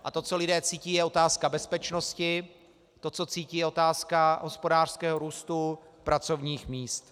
A to, co lidé cítí, je otázka bezpečnosti, to co cítí, je otázka hospodářského růstu, pracovních míst.